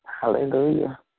Hallelujah